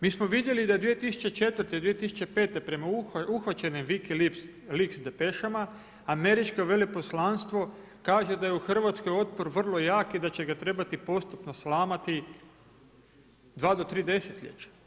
Mi smo vidjeli da 2004., 2005. prema uhvaćenim wikileaks depešama američko veleposlanstvo kaže da je u Hrvatskoj otpor vrlo jak i da će ga trebati postupno slamati dva do tri desetljeća.